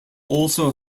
also